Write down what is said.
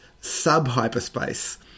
sub-hyperspace